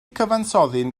cyfansoddyn